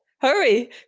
Hurry